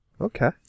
Okay